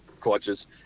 clutches